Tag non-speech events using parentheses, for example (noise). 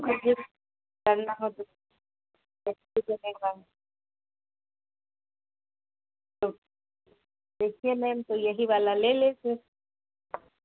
करना हो तो (unintelligible) देखिए मैम तो यही वाला ले लें फिर